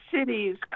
cities